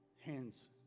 hands